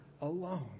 alone